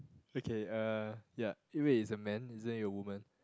okay uh ya eh wait it's a man isn't it a woman